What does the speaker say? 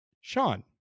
Sean